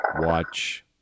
watch